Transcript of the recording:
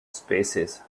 spaces